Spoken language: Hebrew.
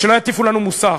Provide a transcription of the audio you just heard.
שלא יטיפו לנו מוסר,